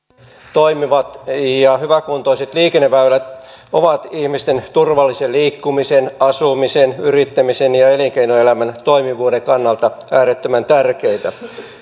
toimivat ja hyväkuntoiset liikenneväylät ovat ihmisten turvallisen liikkumisen asumisen yrittämisen ja ja elinkeinoelämän toimivuuden kannalta äärettömän tärkeitä